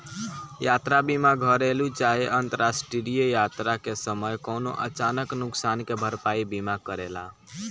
यात्रा बीमा घरेलु चाहे अंतरराष्ट्रीय यात्रा के समय कवनो अचानक नुकसान के भरपाई बीमा करेला